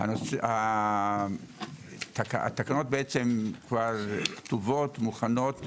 התקנות כבר כתובות ומוכנות.